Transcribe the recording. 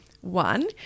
one